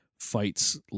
fights